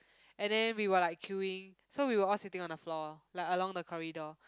and then we were like queuing so we were all sitting on the floor like along the corridor